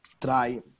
try